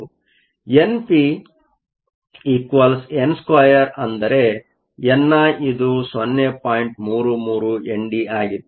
np n2 ಅಂದರೆ N ಐಇದು 0